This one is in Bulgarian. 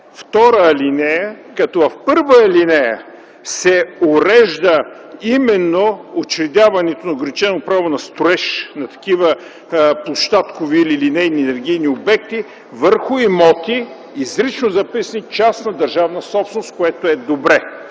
втора алинея, като в първа алинея се урежда именно учредяването на ограничено право на строеж на такива площадкови или линейни енергийни обекти върху имоти, изрично записани частна държавна собственост, което е добре.